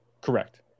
Correct